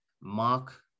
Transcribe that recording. Mark